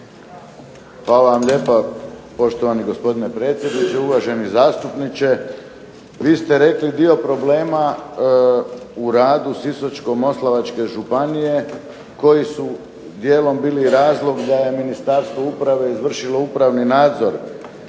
Hvala vam lijepa poštovani gospodine predsjedniče. Uvaženi zastupniče vi ste rekli dio problema u radu Sisačko-moslavačke županije koji su dijelom bili razlog da je Ministarstvo uprave izvršilo upravni nadzor